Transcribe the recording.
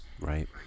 right